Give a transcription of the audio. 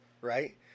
Right